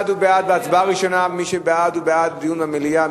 בהצבעה ראשונה מי שבעד הוא בעד דיון במליאה,